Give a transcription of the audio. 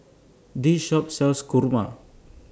This Shop sells Kurma